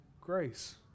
grace